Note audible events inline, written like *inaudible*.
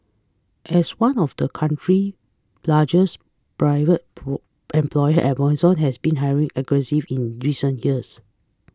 as one of the country largest private *unintelligible* employer Amazon has been hiring aggressive in recent years